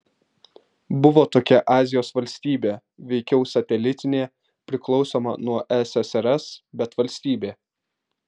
buvo tokia azijos valstybė veikiau satelitinė priklausoma nuo ssrs bet valstybė